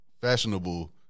fashionable